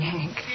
Hank